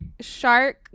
shark